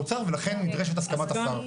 האוצר, אתם רוצים להתייחס בסוף או פה?